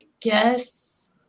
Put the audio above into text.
guess